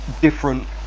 different